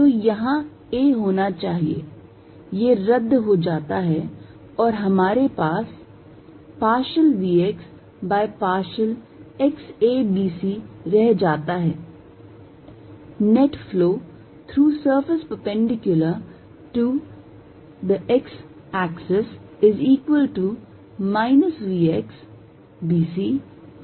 तो यहां a होना चाहिए यह रद्द हो जाता है और हमारे पास partial vx by partial x a b c रह जाता है